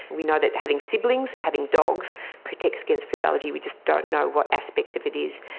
we know that having siblings and having dogs protects against food allergy. we just don't know what aspect of it is.